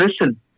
listen